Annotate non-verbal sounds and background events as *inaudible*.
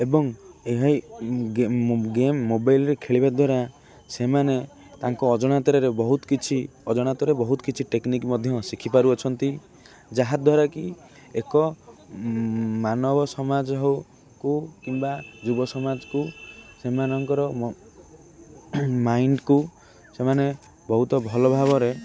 ଏବଂ *unintelligible* ଗେମ୍ ମୋବାଇଲ୍ରେ ଖେଳିବା ଦ୍ୱାରା ସେମାନେ ତାଙ୍କ ଅଜାଣତରେ ବହୁତ କିଛି ଅଜାଣତ ବହୁତ କିଛି ଟେକ୍ନିକ୍ ମଧ୍ୟ ଶିଖିପାରୁଅଛନ୍ତି ଯାହାଦ୍ୱାରା କି ଏକ ମାନବ ସମାଜ ହଉକୁ କିମ୍ବା ଯୁବ ସମାଜକୁ ସେମାନଙ୍କର ମାଇଣ୍ଡକୁ ସେମାନେ ବହୁତ ଭଲ ଭାବରେ